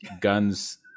Guns